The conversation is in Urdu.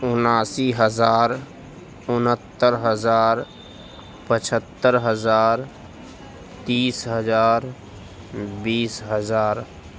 اناسی ہزار انہتر ہزار پچہتر ہزار تیس ہزار بیس ہزار